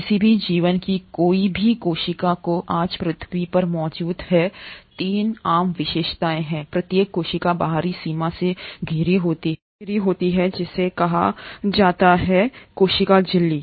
किसी भी जीव की कोई भी कोशिका जो आज पृथ्वी पर मौजूद है 3 है आम विशेषता यह है कि प्रत्येक कोशिका बाहरी सीमा से घिरी होती है जिसे कहा जाता है कोशिका झिल्ली